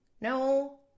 No